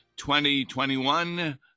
2021